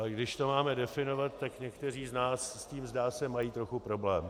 A když to máme definovat, tak někteří z nás s tím, zdá se, mají trochu problém.